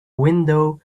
window